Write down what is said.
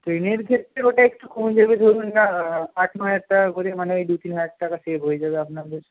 ট্রেনের ক্ষেত্রে ওটা একটু কমে যাবে ধরুন না আট নয় হাজার টাকা করে মানে দু তিন হাজার টাকা সেভ হয়ে যাবে আপনাদের